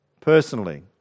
personally